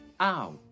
ow